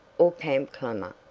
or camp clamor,